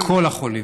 לכל החולים.